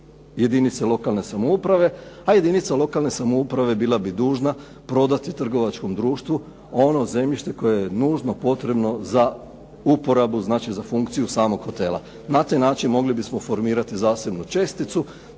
jedinice lokalne samouprave, a jedinica lokalne samouprave bila bi dužna prodati trgovačkom društvu ono zemljište koje je nužno potrebno za uporabu, znači za funkciju samog hotela. Na taj način mogli bismo formirati zasebnu česticu,